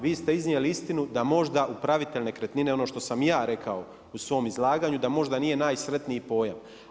Vi ste iznijeli istinu da možda upravitelj nekretnine, ono što sam ja rekao u svom izlaganju, da možda nije najsretniji pojam.